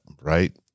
Right